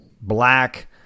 black